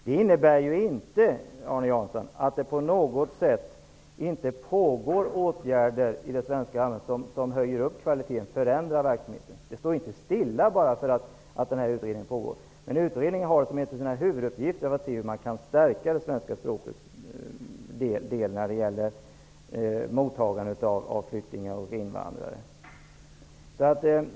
Det innebär inte, Arne Jansson, att det inte skulle pågå ett arbete som syftar till att höja kvaliteten och till att förändra verksamheten. Det står inte stilla bara därför att det pågår en utredning som har som sin huvuduppgift att se över hur man kan stärka svenska språkets roll när det gäller mottagandet av flyktingar och invandrare.